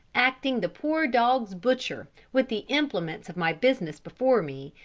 acting the poor dogs' butcher, with the implements of my business before me,